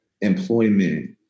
employment